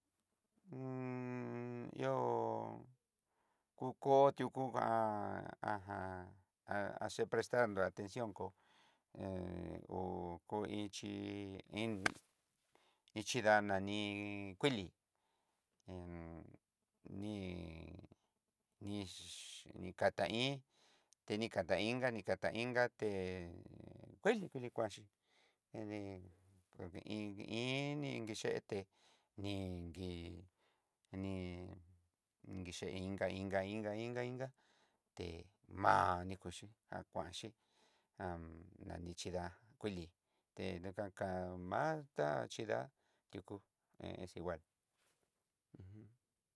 ihó kukotió kukan, ajan aché prestar ná atencion kó hé ho kó iin ichí dananí kuilí, in ní ní-nix ni kata iin tenikataingá nikatainga té kuili kuli kuaxhí, ede kuani hí iní inngúi yete, ningui ní nindui ché i'nká i'nká i'nká i'nká té má nikuchí ja kuanxhí. nani xhindá kuli té ndokanka ma'a tá xhidá yukú es igual.